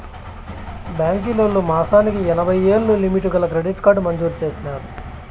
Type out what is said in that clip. బాంకీలోల్లు మాసానికి ఎనభైయ్యేలు లిమిటు గల క్రెడిట్ కార్డు మంజూరు చేసినారు